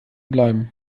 bleiben